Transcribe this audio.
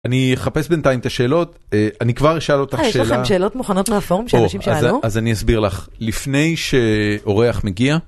אני אחפש בינתיים את השאלות, אני כבר אשאל אותך שאלה. אה, יש לכם שאלות מוכנות מהפורום שאנשים שאלו? אז אני אסביר לך, לפני שאורח מגיע,